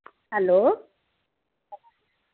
hello